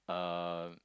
uh